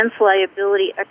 liability